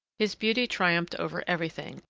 his beauty triumphed over everything,